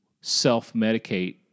self-medicate